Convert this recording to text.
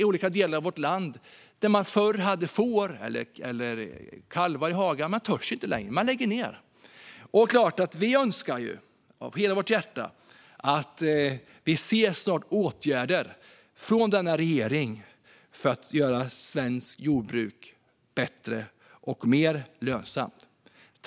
I olika delar av vårt land där man förr hade får eller kalvar i hagarna törs man inte längre utan lägger ned. Det är klart att vi av hela vårt hjärta önskar att denna regering snart vidtar åtgärder för att göra svenskt jordbruk bättre och mer lönsamt.